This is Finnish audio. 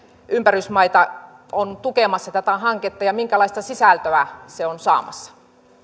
ympärysmaita on tukemassa hanketta ja minkälaista sisältöä se on saamassa